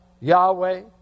Yahweh